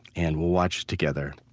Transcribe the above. and we'll watch it together,